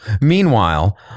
Meanwhile